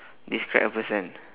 describe a person